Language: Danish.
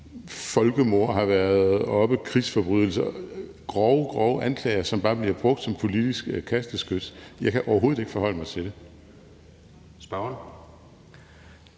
har været oppe – grove, grove anklager, som bare bliver brugt som politisk kasteskyts. Jeg kan overhovedet ikke forholde mig til det. Kl.